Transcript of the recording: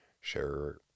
share